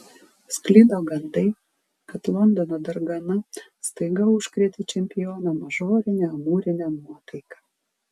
sklido gandai kad londono dargana staiga užkrėtė čempioną mažorine amūrine nuotaika